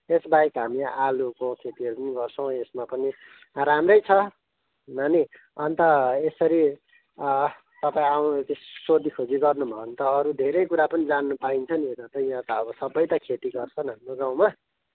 त्यस बाहेक हामी आलुको खेतीहरू पनि गर्छौँ यसमा पनि राम्रै छ नानी अन्त यसरी तपाईँ आउनु सोधीखोजी गर्नुभयो भने त अरू धेरै कुरा पनि जान्नु पाइन्छ नि जस्तै यहाँ त अब सबै त खेती गर्छन् हाम्रो गाउँमा